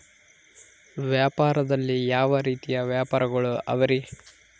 ವ್ಯಾಪಾರದಲ್ಲಿ ಯಾವ ರೇತಿ ವ್ಯಾಪಾರಗಳು ಅವರಿ?